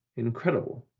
incredible.